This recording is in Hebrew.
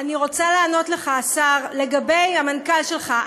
אני רוצה לענות לך, השר, לגבי המנכ"ל שלך.